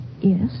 Yes